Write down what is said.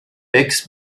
bix